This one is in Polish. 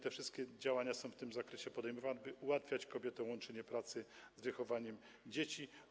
Te wszystkie działania w tym zakresie są podejmowane, by ułatwiać kobietom łączenie pracy z wychowywaniem dzieci.